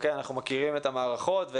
אנחנו מכירים את המערכות.